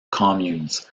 communes